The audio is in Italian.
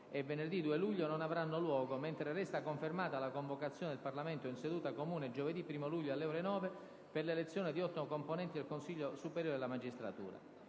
venerdì 2 luglio non avranno luogo, mentre resta confermata la convocazione del Parlamento in seduta comune giovedì 1° luglio, alle ore 9, per l'elezione di otto componenti del Consiglio superiore della magistratura.